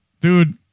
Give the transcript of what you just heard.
dude